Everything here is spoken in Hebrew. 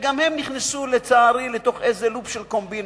שגם הם נכנסו, לצערי, לתוך איזה לופ של קומבינה,